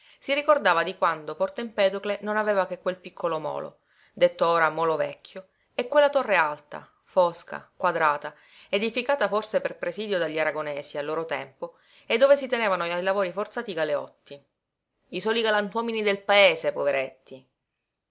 si ricordava di quando porto empedocle non aveva che quel piccolo molo detto ora molo vecchio e quella torre alta fosca quadrata edificata forse per presidio dagli aragonesi al loro tempo e dove si tenevano ai lavori forzati i galeotti i soli galantuomini del paese poveretti